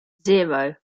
zero